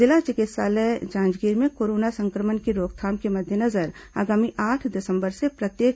जिला चिकित्सालय जांजगीर में कोरोना संक्रमण की रोकथाम के मद्देनजर आगामी आठ दिसंबर से प्रत्येक